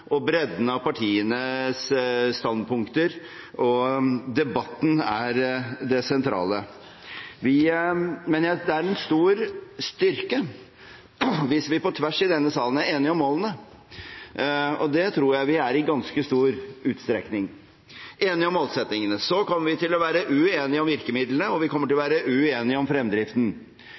og bredden av partienes standpunkter, og debatten er det sentrale. Det er en stor styrke hvis vi på tvers i denne salen er enige om målene. Jeg tror vi i ganske stor utstrekning er enige om målsettingene. Så kommer vi til å være uenige om virkemidlene, og vi kommer til å